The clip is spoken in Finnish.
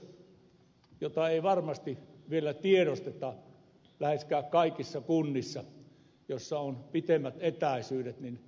tämä mitä ei varmasti vielä tiedosteta läheskään kaikissa kunnissa joissa on pitemmät etäisyydet on